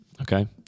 Okay